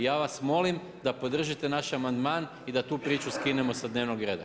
I ja vas molim da podržite naš amandman i da tu priču skinemo sa dnevnog reda.